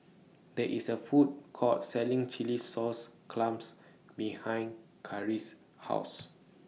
There IS A Food Court Selling Chilli Sauce Clams behind Karis' House